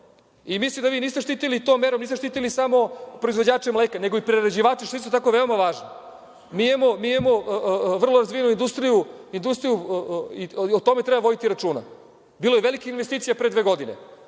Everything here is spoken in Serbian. dobra. Mislim da vi niste štitili tom merom, niste štitili samo proizvođače mleka nego i prerađivače, što je isto tako važno. Mi imamo vrlo razvijenu industriju i o tome treba voditi računa. Bilo je velikih investicija pre dve godine,